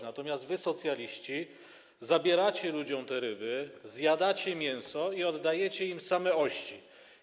Natomiast wy, socjaliści, zabieracie ludziom te ryby, zjadacie mięso i oddajecie im same ości.